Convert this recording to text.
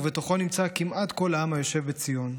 ובתוכו נמצא כמעט כל העם היושב בציון.